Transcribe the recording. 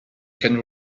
can